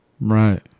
right